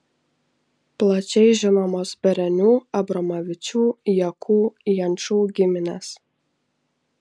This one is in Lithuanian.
plačiai žinomos berenių abromavičių jakų jančų giminės